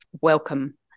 welcome